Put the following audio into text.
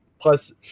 Plus